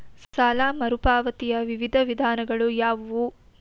ಸಾಲ ಮರುಪಾವತಿಯ ವಿವಿಧ ವಿಧಾನಗಳು ಯಾವುವು?